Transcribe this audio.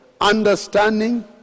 understanding